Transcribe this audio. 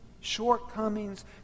shortcomings